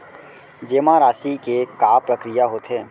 जेमा राशि के का प्रक्रिया होथे?